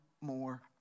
more